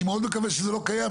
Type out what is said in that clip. אני מאוד מקווה שזה לא קיים,